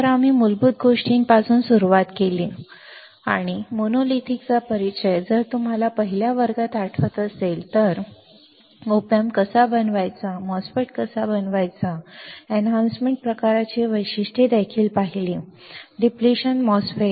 तर आम्ही मूलभूत गोष्टींपासून सुरुवात केली आणि मोनोलिथिकचा परिचय जर तुम्हाला पहिल्या वर्गात आठवत असेल तर आम्ही ऑप अँप कसा बनवायचा MOSFET कसा बनवायचा आणि नंतर आम्ही एनहॅन्समेंट वर्धन प्रकाराची काही वैशिष्ट्ये देखील पाहिली डिप्लेशन प्रकार MOSFET